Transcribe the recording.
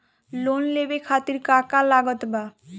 Loan लेवे खातिर का का लागत ब?